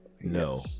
no